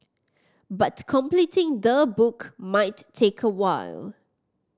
but completing the book might take a while